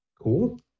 Cool